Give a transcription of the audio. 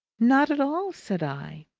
not at all! said i.